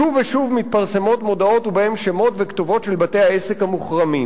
שוב ושוב מתפרסמות מודעות ובהן שמות וכתובות של בתי-העסק המוחרמים.